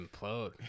implode